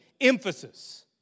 emphasis